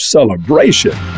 Celebration